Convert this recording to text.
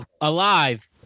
alive